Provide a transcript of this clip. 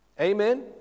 Amen